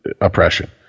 oppression